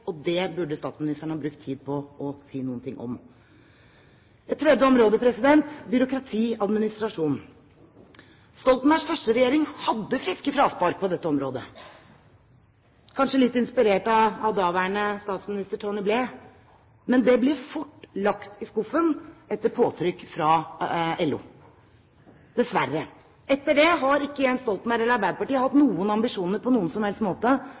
tilbake. Det burde statsministeren ha brukt tid på å si noe om. Et tredje område: byråkrati og administrasjon. Stoltenbergs første regjering hadde friske fraspark på dette området – kanskje litt inspirert av daværende statsminister Tony Blair. Men det ble fort lagt i skuffen etter påtrykk fra LO – dessverre. Etter det har ikke Jens Stoltenberg eller Arbeiderpartiet på noen som helst måte